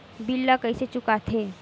bill ला कइसे चुका थे